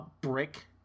brick